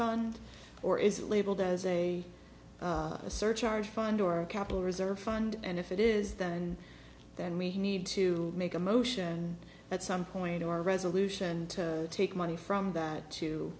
fund or is it labeled as a surcharge fund or a capital reserve fund and if it is that and then we need to make a motion at some point or resolution to take money from that to